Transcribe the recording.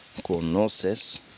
conoces